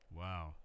wow